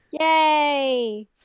Yay